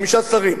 חמישה שרים.